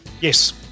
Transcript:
Yes